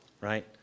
Right